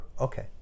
okay